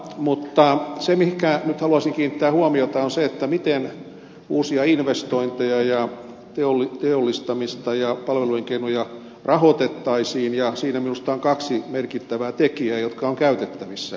mutta se mihinkä nyt haluaisin kiinnittää huomiota on se miten uusia investointeja ja teollistamista ja palveluelinkeinoja rahoitettaisiin ja siinä minusta on kaksi merkittävää tekijää jotka ovat käytettävissä